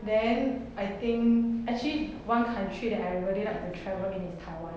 then I think actually one country that I really like to travel in is taiwan